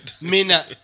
Mina